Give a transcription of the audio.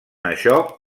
això